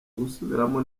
gusubiramo